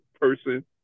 person